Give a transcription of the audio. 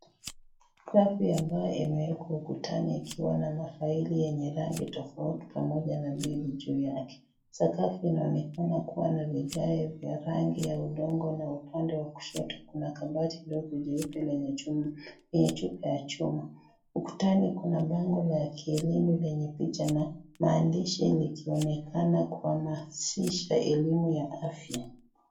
Rafu ambayo imewekwa ukutani ikiwa na faili yenye rangi tofauti pamoja na begi juu yake. Sakafu inaonekana kuwa vigae vya rangi ya udongo, na upande wa kushoto kuna kabati ndogo jeupe lenye chupa ya chuma. Ukutani kuna bango la kielimu lenye picha na maandishi likionekana kuhamasisha elimu ya afya.